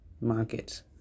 market